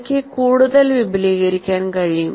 എനിക്ക് കൂടുതൽ വിപുലീകരിക്കാൻ കഴിയും